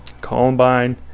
Columbine